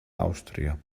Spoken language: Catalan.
àustria